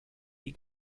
die